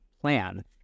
plan